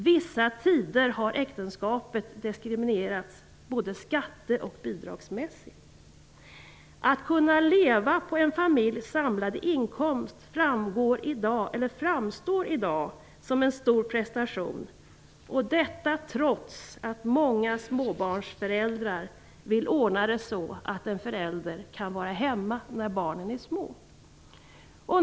Vissa tider har äktenskapet diskriminerats både skatte och bidragsmässigt. Att kunna leva på en familjs samlade inkomster framstår i dag som en stor prestation, och detta trots att många småbarnsföräldrar vill ordna det så, att en förälder kan vara hemma när barnen är små.